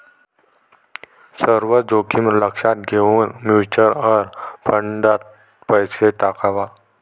सर्व जोखीम लक्षात घेऊन म्युच्युअल फंडात पैसा टाकावा